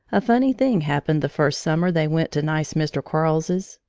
a funny thing happened the first summer they went to nice mr. quarles's.